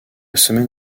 semaine